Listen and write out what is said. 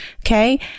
okay